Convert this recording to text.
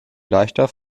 leichter